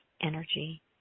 energy